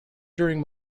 during